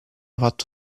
fatto